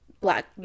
black